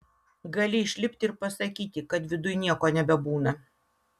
gal išlipti ir pasakyti kad viduj nieko nebebūna